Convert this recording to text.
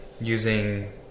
Using